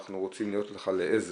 אנחנו רוצים להיות לך לעזר